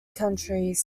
countries